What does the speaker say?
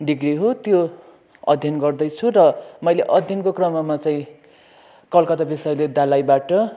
degree हो त्यो अध्ययन गर्दैछु र मैले अध्ययनको क्रममा चाहिँ कलकत्ता विश्वविद्यालयबाट